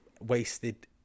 wasted